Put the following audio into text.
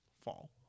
fall